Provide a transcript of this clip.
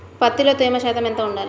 పత్తిలో తేమ శాతం ఎంత ఉండాలి?